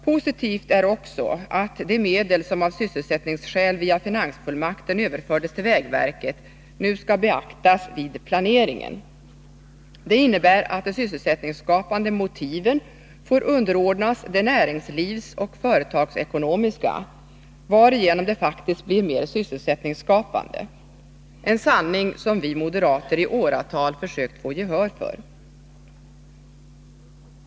Positivt är också att de medel som av sysselsättningsskäl via finansfullmakten överfördes till vägverket nu skall beaktas vid planeringen. Det innebär att de sysselsättningsskapande motiven får underordnas de näringslivsoch företagsekonomiska, varigenom de faktiskt blir mer sysselsättningsskapande, en sanning som vi moderater i åratal försökt få gehör för.